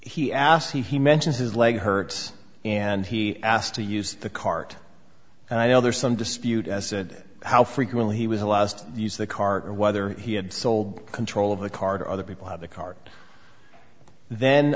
he asked he mentions his leg hurts and he asked to use the cart and i know there's some dispute as said how frequently he was the last use the card or whether he had sold control of the card or other people have the card then